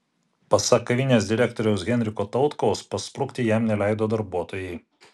pasak kavinės direktoriaus henriko tautkaus pasprukti jam neleido darbuotojai